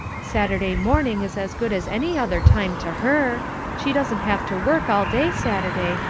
saturday morning is as good as any other time to her she doesn't have to work all day saturday,